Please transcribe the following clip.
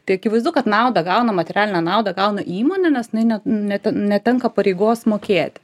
tai akivaizdu kad naudą gauna materialinę naudą gauna įmonė nes jinai ne ne netenka pareigos mokėti